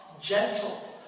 gentle